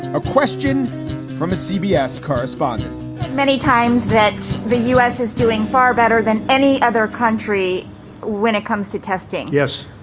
a question from a cbs correspondent many times that the u s. is doing far better than any other country when it comes to testing. yes.